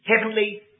heavenly